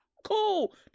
Cool